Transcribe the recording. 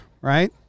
right